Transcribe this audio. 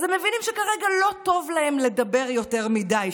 אז הם מבינים שכרגע לא טוב להם לדבר יותר מדי,